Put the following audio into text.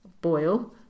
boil